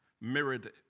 mirrored